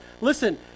listen